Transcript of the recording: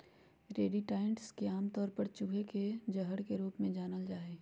rodenticides के आमतौर पर चूहे के जहर के रूप में जानल जा हई